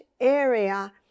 area